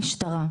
למשטרה.